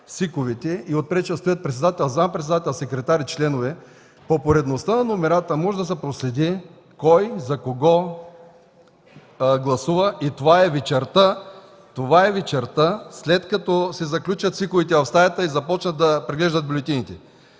СИК-овете, отпред ще стоят председател, зам.-председател, секретар и членове – по поредността на номерата може да се проследи кой за кого гласува. И това е вечерта, след като се заключат СИК-овете в стаята и започнат да преглеждат бюлетините.